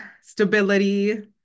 stability